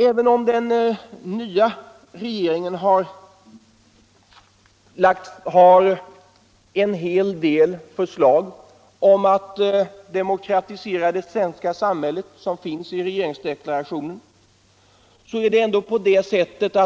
Även om den nya regeringen har en hel del förslag i regeringsdeklarationen om att demokratisera det svenska samhället, så har